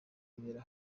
ibera